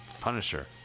Punisher